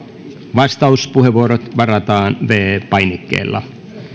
vastauspuheenvuorot varataan viidennellä painikkeella